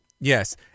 Yes